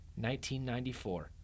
1994